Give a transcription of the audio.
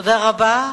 תודה רבה.